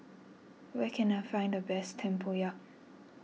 where can I find the best Tempoyak